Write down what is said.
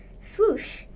Swoosh